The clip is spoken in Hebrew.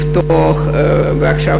ועכשיו,